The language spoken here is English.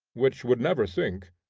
which would never sink,